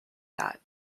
that